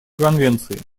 конвенции